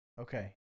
Okay